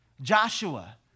Joshua